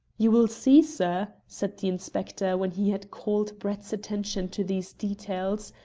you will see, sir, said the inspector, when he had called brett's attention to these details,